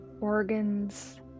organs